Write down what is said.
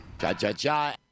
Cha-cha-cha